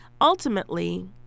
Ultimately